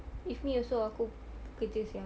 if me also aku kerja sia